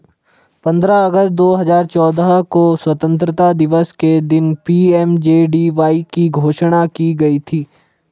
पंद्रह अगस्त दो हजार चौदह को स्वतंत्रता दिवस के दिन पी.एम.जे.डी.वाई की घोषणा की गई थी